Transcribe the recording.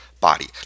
body